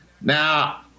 now